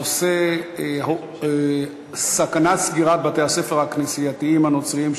הנושא: סכנת סגירת בתי-הספר הכנסייתיים הנוצריים,